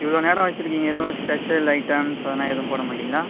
இவ்வளோ நேரம் வச்சிருக்கீங்கள் எதுவும் ஸ்பெஷல் ஐட்டம்ஸ் அதெல்லாம் எதுவும் போட மாட்டிங்களா